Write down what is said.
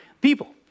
People